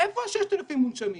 איפה ה-6,000 מונשמים?